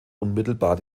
unmittelbar